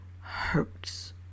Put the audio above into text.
hurts